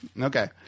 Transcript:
Okay